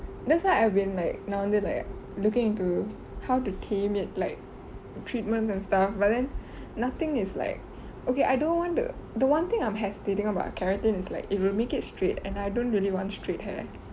that's why I've been like நா வந்து:naa vanthu like looking into how to tame it like treatments and stuff but then nothing is like okay I don't want the the one thing I'm hesitating about keratin is like it will make it straight and I don't really want straight hair